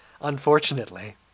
Unfortunately